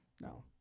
No